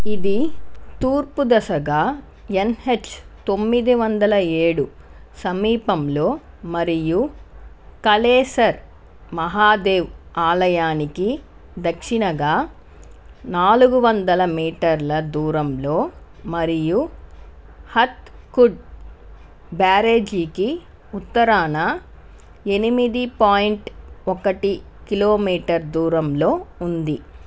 ఇది తూర్పు దిశగా ఎన్హెచ్ తొమ్మిది వందల ఏడు సమీపంలో మరియు కాళేశ్వర్ మహాదేవ్ ఆలయానికి దక్షిణంగా నాలుగు వందల మీటర్ల దూరంలో మరియు హత్ కుడ్ బ్యారేజీకి ఉత్తరాన ఎనిమిది పాయింట్ ఒకటి కిలోమీటర్ దూరంలో ఉంది